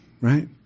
right